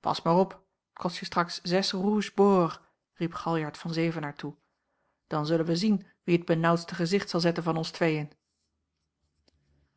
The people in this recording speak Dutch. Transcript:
pas maar op t kost je straks zes rouge bords riep galjart van zevenaer toe dan zullen wij zien wie het benaauwdste gezicht zal zetten van ons tweeën